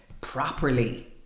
properly